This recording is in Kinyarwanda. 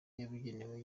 yabugenewe